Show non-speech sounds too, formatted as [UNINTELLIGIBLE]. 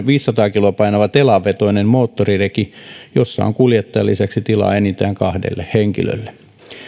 [UNINTELLIGIBLE] viisisataa kiloa painava telavetoinen moottorireki jossa on kuljettajan lisäksi tilaa enintään kahdelle henkilölle